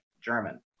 German